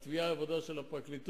התביעה היא עבודה של הפרקליטות,